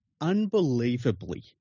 unbelievably